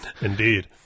indeed